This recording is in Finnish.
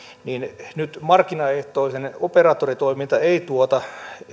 niin nyt markkinaehtoinen operaattoritoiminta ei tuota